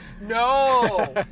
No